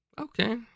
Okay